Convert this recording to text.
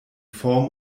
form